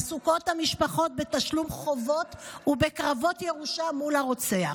עסוקות המשפחות בתשלום חובות ובקרבות ירושה מול הרוצח.